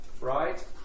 right